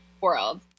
world